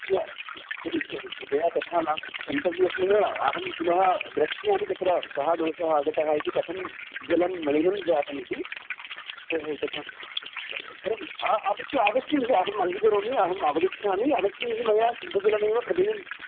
न कृपया तथा नास्ति क्षन्तव्योस्मि न अहं पुनः द्रक्ष्यामि तत्र कः दोषः आगतः इति कथं जलं मलिनं जातमिति ओहो तथा वा परं अवश्यम् अवश्यं जि अहम् अङ्गीकरोमि अहम् अवगच्छामि अवश्यं हि मया शुद्धजलमेव प्रदेयम्